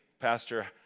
Pastor